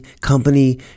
company